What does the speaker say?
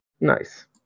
Nice